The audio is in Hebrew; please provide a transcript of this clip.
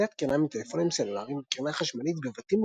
מדידת קרינה מטלפונים סלולריים וקרינה חשמלית בבתים